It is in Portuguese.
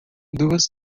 duas